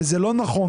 זה לא נכון,